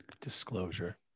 disclosure